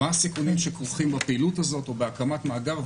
מה הסיכונים שכרוכים בפעילות הזאת או בהקמת מאגר,